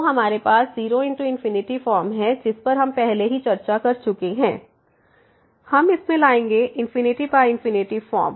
तो हमारे पास 0×∞ फॉर्म है जिस पर हम पहले ही चर्चा कर चुके हैं हम इसमें लाएंगे ∞∞ फॉर्म